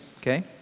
okay